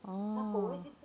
oh